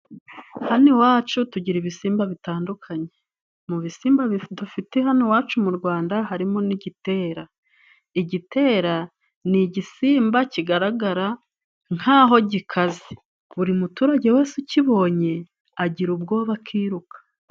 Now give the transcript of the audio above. Hano iwacu tugira ibisimba bitandukanye, mu bisimba dufite hano iwacu mu Rwanda harimo n'igitera, igitera ni igisimba kigaragara nk'aho gikaze, buri muturage wese ukibonye agira ubwoba akiruka.